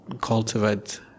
cultivate